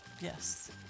Yes